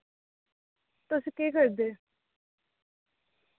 तुस केह् सोचदे